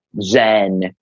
zen